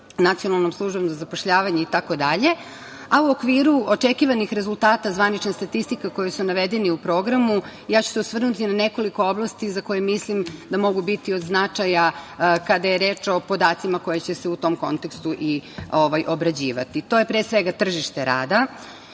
Nacionalnom službom za zapošljavanje itd.U okviru očekivanih rezultata zvanične statistike koji su navedeni u Programu, ja ću se osvrnuti na nekoliko oblasti za koje mislim da mogu biti od značaja kada je reč o podacima koji će se u tom kontekstu i obrađivati. To je, pre svega, tržište rada.